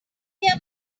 their